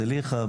זליכה,